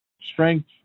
strength